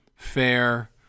Fair